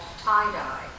tie-dye